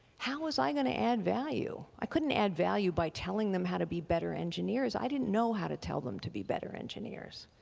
how was i going to add value? i couldn't add value by telling them how to be better engineers i didn't know how to tell them to be better engineers.